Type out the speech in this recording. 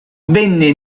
venne